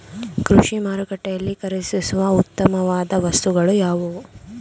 ಕೃಷಿ ಮಾರುಕಟ್ಟೆಯಲ್ಲಿ ಖರೀದಿಸುವ ಉತ್ತಮವಾದ ವಸ್ತುಗಳು ಯಾವುವು?